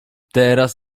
teraz